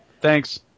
Thanks